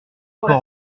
port